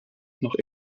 noch